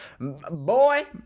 Boy